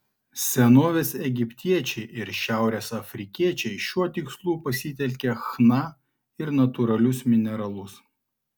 senovės egiptiečiai ir šiaurės afrikiečiai šiuo tikslu pasitelkė chna ir natūralius mineralus